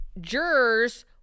jurors